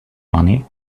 money